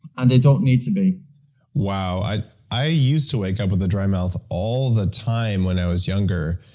and they don't need to be wow. i i used to wake up with a dry mouth all the time when i was younger,